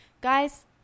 guys